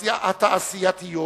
התעשייתיות,